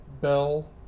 Bell